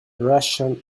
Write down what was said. russian